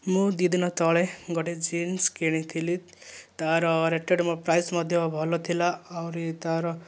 ମୁଁ ଦୁଇ ଦିନ ତଳେ ଗୋଟିଏ ଜିନ୍ସ କିଣିଥିଲି ତା'ର ରେଟେଡ଼ର ପ୍ରାଇଶ୍ ମଧ୍ୟ ଭଲ ଥିଲା ଆହୁରି ତା'ର